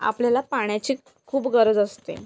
आपल्याला पाण्याची खूप गरज असते